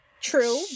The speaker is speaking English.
True